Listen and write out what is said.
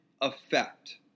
effect